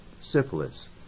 syphilis